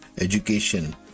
education